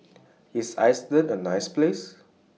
IS Iceland A nice Place